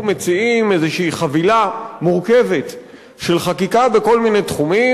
מציעים איזו חבילה מורכבת של חקיקה בכל מיני תחומים,